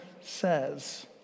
says